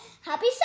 Happy